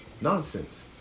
Nonsense